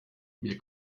mir